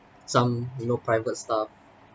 some you know private stuff